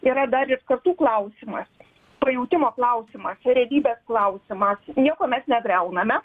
yra dar ir kartų klausimas pajautimo klausimas ir realybės klausimas nieko mes negriauname